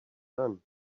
done